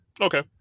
Okay